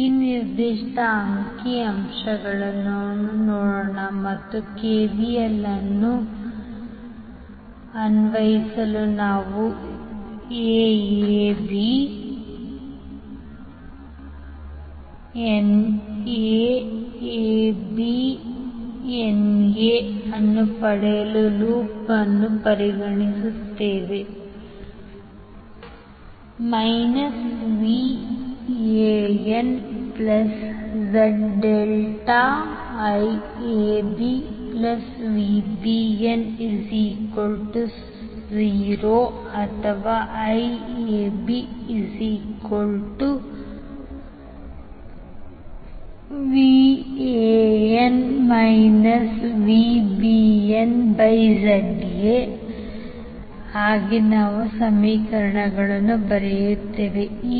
ಈ ನಿರ್ದಿಷ್ಟ ಅಂಕಿ ಅಂಶವನ್ನು ನೋಡೋಣ ಮತ್ತು KVL ಅನ್ನು ಅನ್ವಯಿಸಲು ನಾವು 𝑎𝐴𝐵𝑏𝑛𝑎 ಅನ್ನು ಪಡೆಯಲು ಲೂಪ್ ಅನ್ನು ಪರಿಗಣಿಸುತ್ತೇವೆ VanZ∆IABVbn0 ಅಥವಾ IABVan VbnZ∆VabZ∆VABZ∆